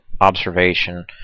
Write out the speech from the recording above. observation